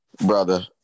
Brother